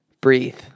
breathe